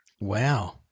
Wow